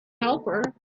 helper